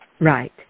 Right